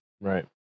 Right